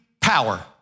power